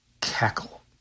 cackle